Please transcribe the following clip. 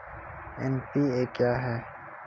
NPA क्या हैं?